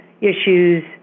issues